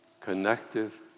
connective